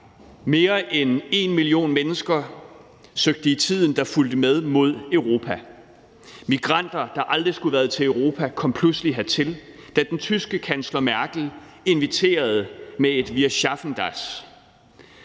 Mere end 1 million mennesker søgte i tiden, der fulgte, mod Europa. Migranter, der aldrig skulle have været til Europa, kom pludselig hertil, da den tyske kansler, Angela Merkel, inviterede med et »wir schaffen das«.